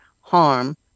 harm